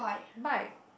bike